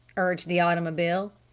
urged the automobile.